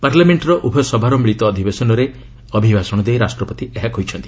ପାର୍ଲାମେଣ୍ଟର ଉଭୟ ସଭାର ମିଳିତ ଅଧିବେଶନରେ ଉଦ୍ବୋଧନ ଦେଇ ରାଷ୍ଟ୍ରପତି ଏହା କହିଛନ୍ତି